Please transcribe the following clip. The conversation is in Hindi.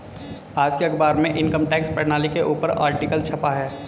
आज के अखबार में इनकम टैक्स प्रणाली के ऊपर आर्टिकल छपा है